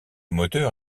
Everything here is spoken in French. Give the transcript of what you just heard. moteur